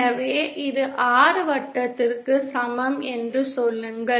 எனவே இது R வட்டத்திற்கு சமம் என்று சொல்லுங்கள்